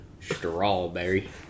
strawberry